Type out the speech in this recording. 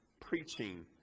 preaching